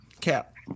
Cap